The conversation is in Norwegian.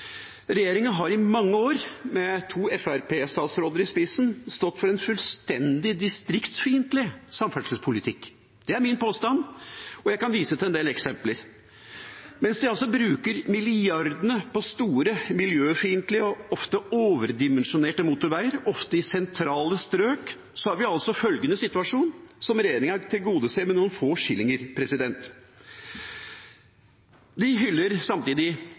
Regjeringa har i mange år, med to Fremskrittsparti-statsråder i spissen, stått for en fullstendig distriktsfiendtlig samferdselspolitikk. Det er min påstand, og jeg kan vise til en del eksempler. Mens de bruker milliardene på store, miljøfiendtlige og ofte overdimensjonerte motorveier, ofte i sentrale strøk, har vi altså følgende situasjon, som regjeringa tilgodeser med noen få skillinger, samtidig som de hyller